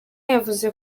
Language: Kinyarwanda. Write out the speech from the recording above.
yavuze